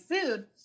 food